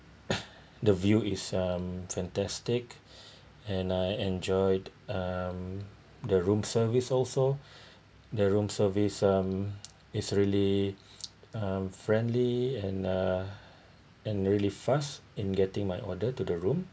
the view is um fantastic and I enjoyed um the room service also the room service um it's really um friendly and uh and really fast in getting my order to the room